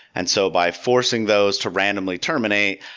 and so by forcing those to randomly terminate,